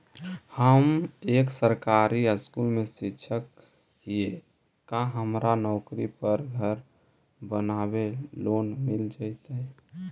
हम एक सरकारी स्कूल में शिक्षक हियै का हमरा नौकरी पर घर बनाबे लोन मिल जितै?